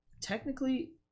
Technically